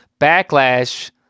Backlash